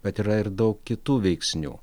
bet yra ir daug kitų veiksnių